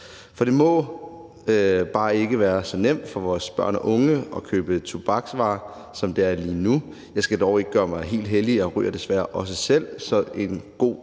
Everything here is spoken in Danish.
For det må bare ikke være så nemt for vores børn og unge at købe tobaksvarer, som det er lige nu. Jeg skal dog ikke gøre mig helt hellig; jeg ryger desværre også selv. Så en god